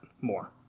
more